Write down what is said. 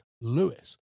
lewis